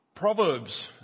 Proverbs